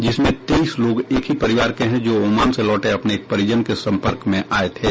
जिसमें तेईस लोग एक ही परिवार के है जो ओमान से लौटे अपने एक परिजन के संपर्क में आये थे